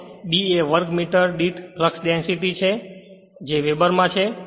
તેથી B એ વર્ગ મીટર દીઠ ફ્લક્સ ડેન્સિટી વેબર માં છે